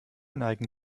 neigen